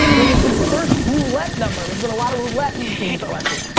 it was the first roulette number. there's been a lot of roulette themes oh, actually,